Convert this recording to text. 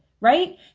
right